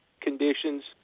conditions